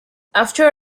after